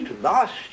lost